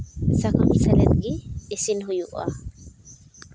ᱥᱟᱠᱟᱢ ᱥᱟᱞᱟᱜ ᱜᱮ ᱤᱥᱤᱱ ᱦᱩᱭᱩᱜᱼᱟ